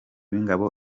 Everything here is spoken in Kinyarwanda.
w’ingabo